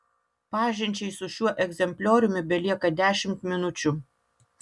pažinčiai su šiuo egzemplioriumi belieka dešimt minučių